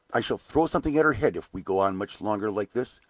i shall throw something at her head if we go on much longer like this!